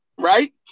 right